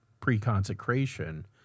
pre-consecration